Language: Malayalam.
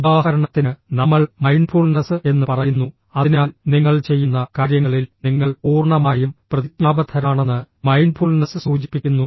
ഉദാഹരണത്തിന് നമ്മൾ മൈൻഡ്ഫുൾനസ് എന്ന് പറയുന്നു അതിനാൽ നിങ്ങൾ ചെയ്യുന്ന കാര്യങ്ങളിൽ നിങ്ങൾ പൂർണ്ണമായും പ്രതിജ്ഞാബദ്ധരാണെന്ന് മൈൻഡ്ഫുൾനസ് സൂചിപ്പിക്കുന്നു